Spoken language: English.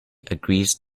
agrees